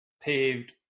paved